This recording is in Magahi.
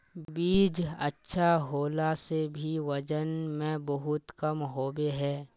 बीज अच्छा होला से भी वजन में बहुत कम होबे है?